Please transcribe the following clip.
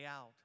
out